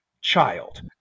child